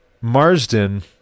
Marsden